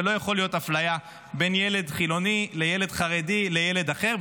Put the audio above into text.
ולא יכולה להיות אפליה בין ילד חילוני לילד חרדי לילד אחר,